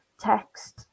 text